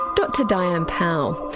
dr diane powell,